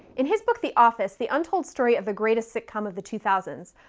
in his book the office the untold story of the greatest sitcom of the two thousand s,